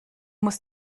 muss